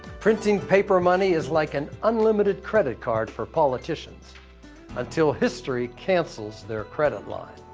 printing paper money is like an unlimited credit card for politicians until history cancels their credit line.